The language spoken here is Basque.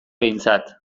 behintzat